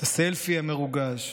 את הסלפי המרוגש,